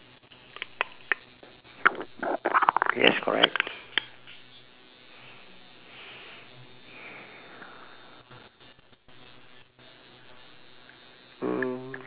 yes correct mm